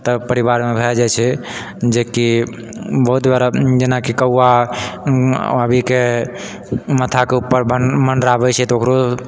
तऽ परिवारमे भए जाइ छै जेकि बहुत गलत जेनाकि कौआ अभीके मथाके ऊपर मँडराबै छै तऽ ओकरो